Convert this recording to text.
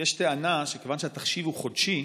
יש טענה שכיוון שהתחשיב הוא חודשי,